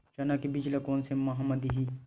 चना के बीज ल कोन से माह म दीही?